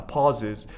Pauses